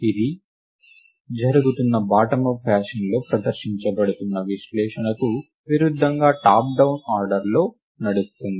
ఇది జరుగుతున్న bottom up ఫ్యాషన్లో ప్రదర్శించబడుతున్న విశ్లేషణకు విరుద్ధంగా టాప్ డౌన్ ఆర్డర్లో నడుస్తుంది